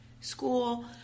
school